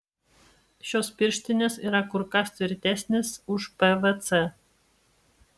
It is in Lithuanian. šios pirštinės yra kur kas tvirtesnės už pvc